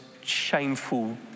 shameful